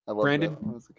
brandon